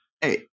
hey